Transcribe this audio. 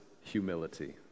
humility